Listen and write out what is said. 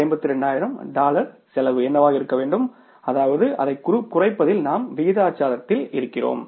152000 dollar செலவு என்னவாக இருக்க வேண்டும் அதாவது அதைக் குறைப்பதில் நாம் விகிதாசாரத்தில் இருக்கிறோம்